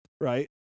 right